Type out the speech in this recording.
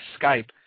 Skype